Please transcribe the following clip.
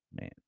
Man